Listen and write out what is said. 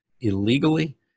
illegally